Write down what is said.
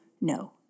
no